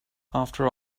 after